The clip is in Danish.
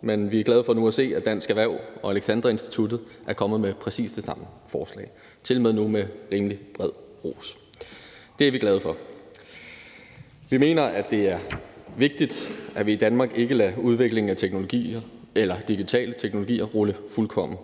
men vi er glade for nu at se, at Dansk Erhverv og Alexandra Instituttet er kommet med præcis det samme forslag, tilmed nu med rimelig bred ros. Det er vi glade for. Vi mener, at det er vigtigt, at vi i Danmark ikke lader udviklingen af digitale teknologier rulle fuldkommen